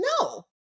no